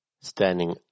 standing